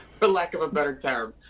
for lack of a better term.